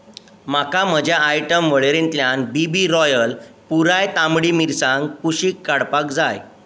म्हाका म्हज्या आयटम वळेरेंतल्यान बी बी रॉयल पुराय तांबडी मिरसांग कुशीक काडपाक जाय